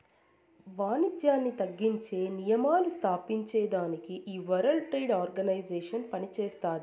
వానిజ్యాన్ని తగ్గించే నియమాలు స్తాపించేదానికి ఈ వరల్డ్ ట్రేడ్ ఆర్గనైజేషన్ పనిచేస్తాది